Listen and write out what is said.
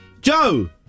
Joe